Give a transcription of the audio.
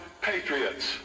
patriots